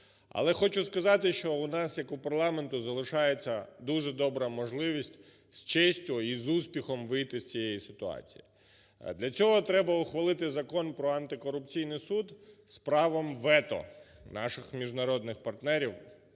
Але хочу сказати, що у нас як у парламента залишається дуже добра можливість з честю і з успіхом вийти з цієї ситуації. Для цього треба ухвалити Закон про антикорупційний суд з правом вето наших міжнародних партнерів